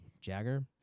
Jagger